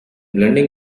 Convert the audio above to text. blending